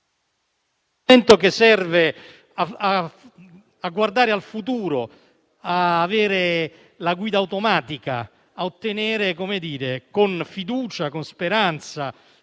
.*..emendamento che servirebbe a guardare al futuro, ad avere la guida automatica, a ottenere con fiducia, con speranza